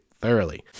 thoroughly